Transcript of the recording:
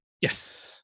Yes